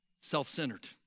self-centered